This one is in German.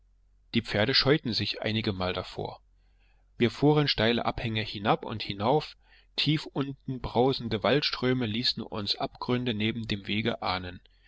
die pferde scheuten sich einigemal davor wir fuhren steile abhänge hinab und hinauf tief unten brausende waldströme ließen uns abgründe neben dem wege ahnen